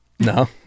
No